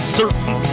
certain